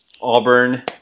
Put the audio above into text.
Auburn